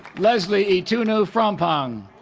leslie itunu frempong